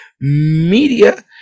media